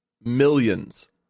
millions